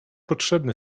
potrzebny